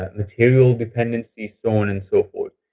material dependency, so on and so forth.